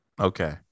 Okay